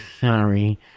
sorry